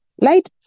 Light